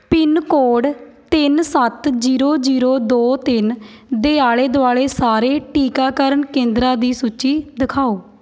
pin code ਤਿੰਨ ਸੱਤ zero zero ਦੋ ਤਿੰਨ ਦੇ ਆਲੇ ਦੁਆਲੇ ਸਾਰੇ ਟੀਕਾਕਰਨ ਕੇਂਦਰਾਂ ਦੀ ਸੂਚੀ ਦਿਖਾਓ